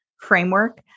framework